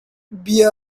bia